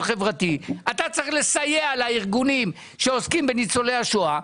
חברתי - שאתה צריך לסייע לארגונים שעוסקים בניצולי השואה.